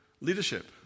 leadership